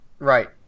Right